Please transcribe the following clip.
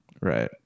Right